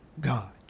God